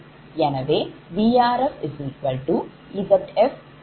எனவே VrfZfIf